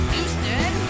Houston